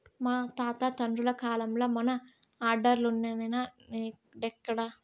మా తాత తండ్రుల కాలంల మన ఆర్డర్లులున్నై, నేడెక్కడ